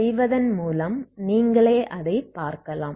இதைச் செய்வதன் மூலம் நீங்களே அதைக் பார்க்கலாம்